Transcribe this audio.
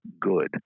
Good